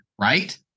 right